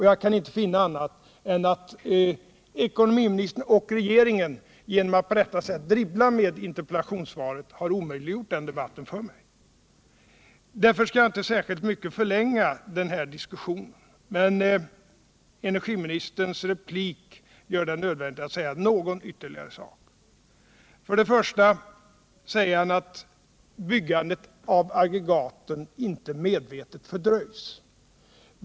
Jag kan inte finna annat än att ekonomiminstern och regeringen genom att på detta sätt dribbla med interpellationssvaret har omöjliggjort den debatten för mig. Jag skall inte särskilt mycket förlänga den här diskussionen, men energiministerns replik gör det nödvändigt att säga någon ytterligare sak. Energiministern säger först att byggandet av aggregat inte medvetet har fördröjts.